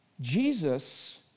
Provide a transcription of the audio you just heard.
Jesus